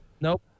nope